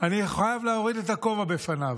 אני חייב להוריד את הכובע בפניו.